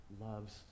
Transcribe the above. loves